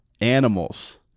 animals